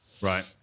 Right